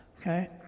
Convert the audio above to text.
Okay